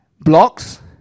blocks